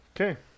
Okay